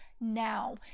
now